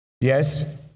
Yes